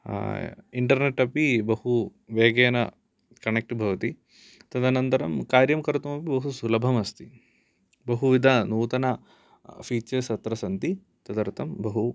internet अपि बहु वेगेन कनेक्ट् भवति तदनन्तरं कार्यं कर्तुमपि बहु सुलभमस्ति बहुविधनूतन फीचर्स् अत्र सन्ति तदर्थं बहु